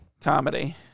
Comedy